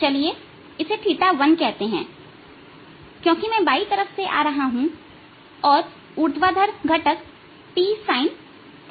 चलिए इसे θ1 कहते हैं क्योंकि मैं बाई तरफ से आ रहा हूं और ऊर्ध्वाधर घटक t sinθ1